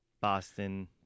Boston